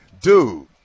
Dude